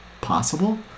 possible